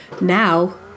Now